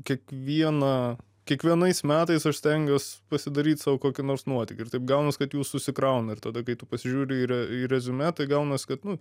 kiekvieną kiekvienais metais aš stengiuos pasidaryt sau kokį nors nuotykį ir taip gaunas kad jų susikrauna ir tada kai pasižiūri į į reziumė tai gaunas kad nu